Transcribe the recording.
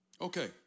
Okay